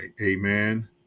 Amen